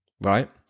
right